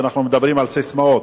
שאנחנו מדברים על ססמאות.